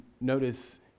notice